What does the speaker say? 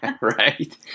Right